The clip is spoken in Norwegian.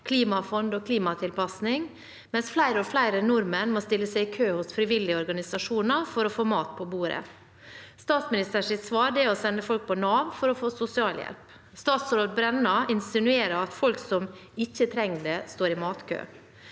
klimafond og klimatilpasning, mens flere og flere nordmenn må stille seg i kø hos frivillige organisasjoner for å få mat på bordet. Statsministerens svar er å sende folk på Nav for å få sosialhjelp. Statsråd Brenna insinuerer at folk som ikke trenger det, står i matkø.